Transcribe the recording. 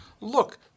look